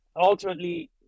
Ultimately